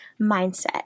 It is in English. mindset